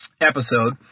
episode